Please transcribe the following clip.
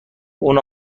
اون